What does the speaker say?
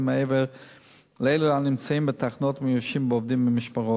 מעבר לאלו הנמצאים בתחנות ומאוישים בעובדים במשמרות.